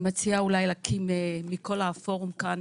אני מציעה להקים ועדה מצומצמת מכל הפורום כאן,